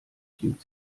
klingt